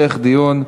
(תיקון מס' 161) (הגשת דין-וחשבון מקוון),